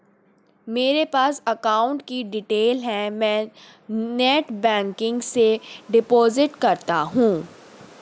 मेरे पास अकाउंट की डिटेल है मैं नेटबैंकिंग से डिपॉजिट करता हूं